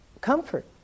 comfort